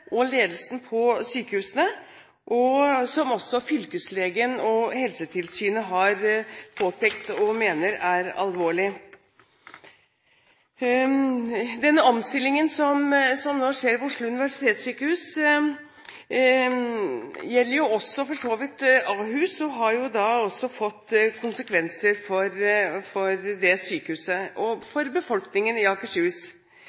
og ledelsen på sykehusene, og som også fylkeslegen og Helsetilsynet har påpekt og mener er alvorlig. Den omstillingen som nå skjer ved Oslo universitetssykehus, gjelder for så vidt også Ahus – og har også fått konsekvenser for det sykehuset og